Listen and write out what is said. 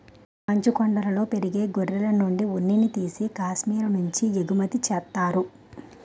మంచుకొండలలో పెరిగే గొర్రెలనుండి ఉన్నిని తీసి కాశ్మీరు నుంచి ఎగుమతి చేత్తారు